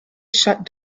shut